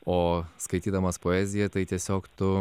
o skaitydamas poeziją tai tiesiog tu